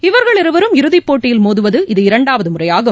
இவர்கள் இருவரும் இறுதிப் போட்டியில் மோதுவது இரண்டாவதுமுறையாகும்